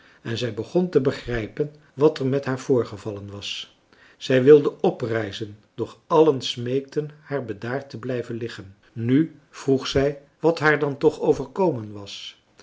en zij begon te begrijpen wat er met haar voorgevallen was zij wilde oprijzen doch allen smeekten haar bedaard te blijven liggen nu vroeg zij wat haar dan toch overkomen was